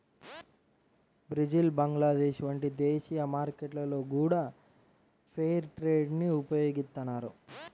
Brazil Bangladesh వంటి దేశీయ మార్కెట్లలో గూడా ఫెయిర్ ట్రేడ్ ని ఉపయోగిత్తన్నారు